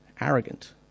arrogant